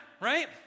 right